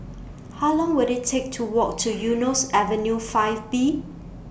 How Long Will IT Take to Walk to Eunos Avenue five B